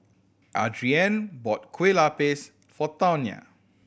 Adriane bought Kueh Lapis for Tawnya